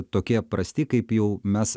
tokie prasti kaip jau mes